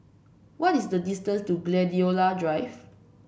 what is the distance to Gladiola Drive